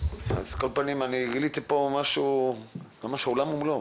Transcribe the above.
על כל פנים, אני גיליתי פה ממש עולם ומלואו,